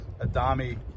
Adami